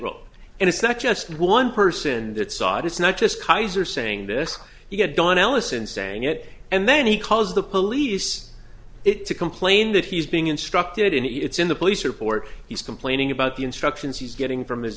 tightrope and it's not just one person that saw it it's not just kaiser saying this he had done ellison saying it and then he calls the police it to complain that he's being instructed and it's in the police report he's complaining about the instructions he's getting from his